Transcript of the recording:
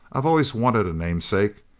i've always wanted a namesake,